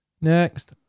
Next